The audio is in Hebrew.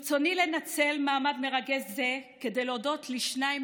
ברצוני לנצל מעמד מרגש זה כדי להודות לשניים